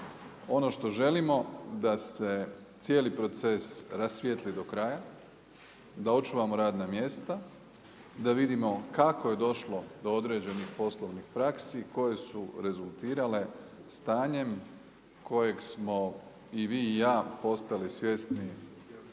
Ono što želimo da se cijeli proces rasvijetli do kraja, da očuvamo radna mjesta, da vidimo kako je došlo do određenih poslovnih praksi, koje su rezultirale stanjem kojeg smo i vi i ja postali svjesni